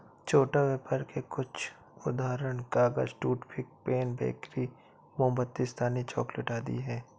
छोटा व्यापर के कुछ उदाहरण कागज, टूथपिक, पेन, बेकरी, मोमबत्ती, स्थानीय चॉकलेट आदि हैं